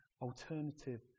alternative